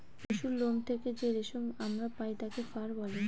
পশুরলোম থেকে যে রেশম আমরা পায় তাকে ফার বলে